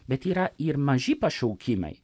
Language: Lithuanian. bet yra ir maži pašaukimai